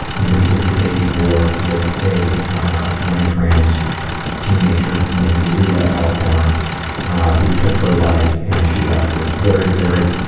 maybe it was the day before with a young trans teenager named leelah alcorn who took her life and she left a very very